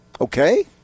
Okay